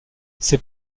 ces